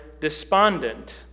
despondent